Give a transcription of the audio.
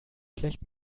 schlecht